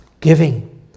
Giving